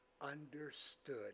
understood